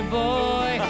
boy